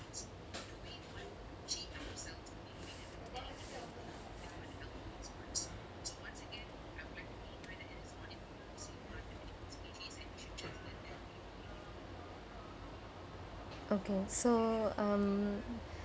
okay so um